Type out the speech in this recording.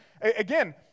again